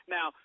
Now